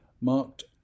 marked